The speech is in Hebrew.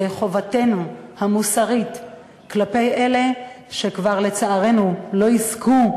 זו חובתנו המוסרית כלפי אלה שלצערנו כבר לא יזכו,